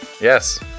Yes